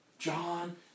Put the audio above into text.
John